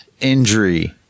injury